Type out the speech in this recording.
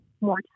more